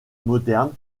moderne